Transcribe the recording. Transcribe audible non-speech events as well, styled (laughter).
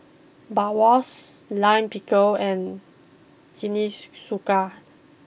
Bratwurst Lime Pickle and (unintelligible)